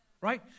right